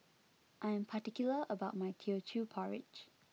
I'm particular about my Teochew Porridge